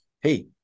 Hey